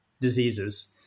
diseases